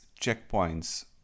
checkpoints